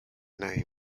name